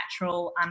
natural